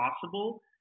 possible